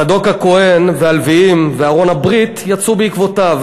צדוק הכוהן והלוויים וארון הברית יצאו בעקבותיו.